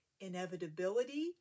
inevitability